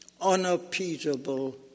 unappeasable